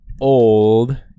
old